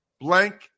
blank